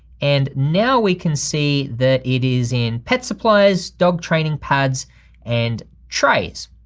and now we can see that it is in pet supplies, dog training pads and trays.